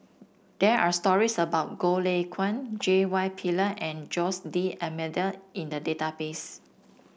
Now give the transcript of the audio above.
there are stories about Goh Lay Kuan J Y Pillay and Jose D'Almeida in the database